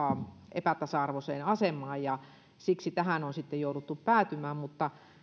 epätasa arvoiseen asemaan ja siksi tähän on sitten jouduttu päätymään